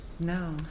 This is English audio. No